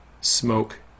smoke